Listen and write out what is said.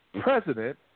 president